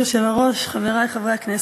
אדוני היושב-ראש, חברי חברי הכנסת,